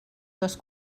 les